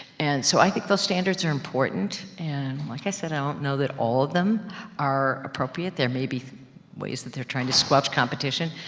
and so, i think the standards are important. and like i said, i don't know that all of them are appropriate. there may be ways, that they're trying to squelch competition,